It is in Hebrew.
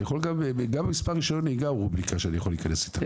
גם מספר רישיון נהיגה הוא רובריקה שאני יכול להיכנס איתה.